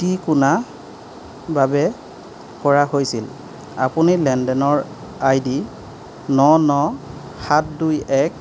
টিকোনাৰ বাবে কৰা হৈছিল আপুনি লেনদেনৰ আইডি ন ন সাত দুই এক